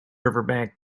riverbank